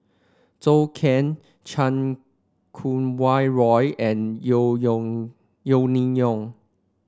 Zhou Can Chan Kum Wah Roy and Yeo Yeo Yeo Ning Hong